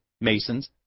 masons